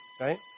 right